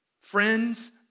Friends